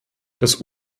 das